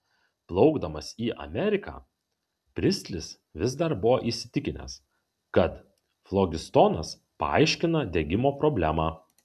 plaukdamas į ameriką pristlis vis dar buvo įsitikinęs kad flogistonas paaiškina degimo problemą